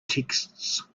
texts